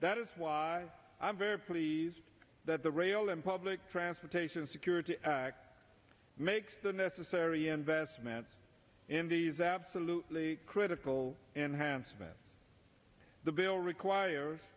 that is why i am very pleased that the rail and public transportation security act makes the necessary investments in these absolutely critical enhanced the veil requires